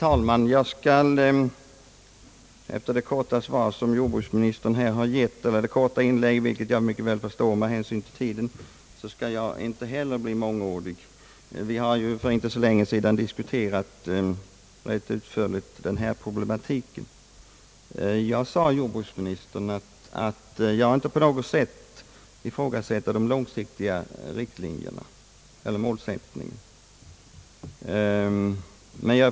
Herr talman! Efter det korta svar som jordbruksministern här har lämnat — jag förstår mycket väl att inlägget var kort med hänsyn till tiden — skall jag inte heller bli mångordig. Vi har ju diskuterat denna problematik för inte så länge sedan. Jag sade till jordbruksministern att jag inte på något sätt ifrågasätter ändring i den långsiktiga målsättningen.